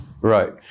Right